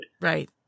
Right